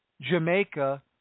Jamaica